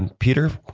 and peter?